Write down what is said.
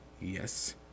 Yes